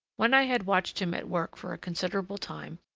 when i had watched him at work for a considerable time,